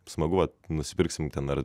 smagu vat nusipirksime ten ar